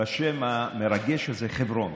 בשם המרגש הזה "חברון".